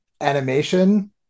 animation